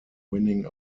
winning